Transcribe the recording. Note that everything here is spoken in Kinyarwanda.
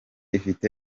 ifite